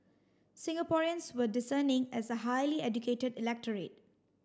Singaporeans were discerning as a highly educated electorate